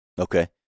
Okay